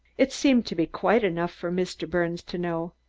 it seemed to be quite enough for mr. birnes to know.